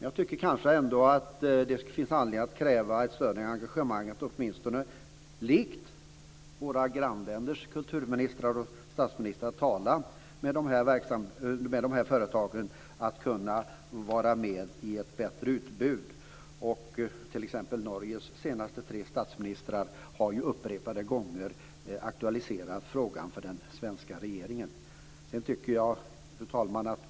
Jag tycker att det finns anledning att kräva ett större engagemang, att åtminstone likt våra grannländers kulturministrar och statsministrar tala med företagen om att vara med i ett bättre utbud. T.ex. Norges tre senaste statsministrar har upprepade gånger aktualiserat frågan för den svenska regeringen. Fru talman!